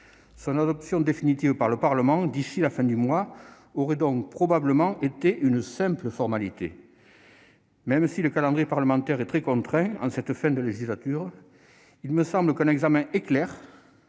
son adoption définitive par le Parlement d'ici à la fin du mois aurait donc probablement été une simple formalité. Même si le calendrier parlementaire est très contraint en cette fin de législature, il me semble qu'un examen « éclair